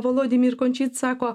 volodymyr končyc sako